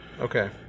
Okay